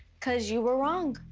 cause you were wrong!